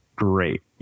Great